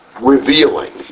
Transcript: revealing